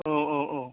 औ औ औ